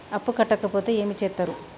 అప్పు కట్టకపోతే ఏమి చేత్తరు?